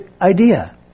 idea